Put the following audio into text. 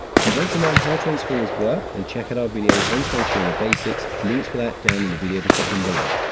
if you want to learn how transformers work, then check out our video on transformer basics. links for that down in the video description below.